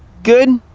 good.